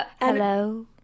hello